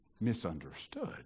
misunderstood